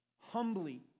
humbly